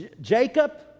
Jacob